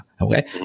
Okay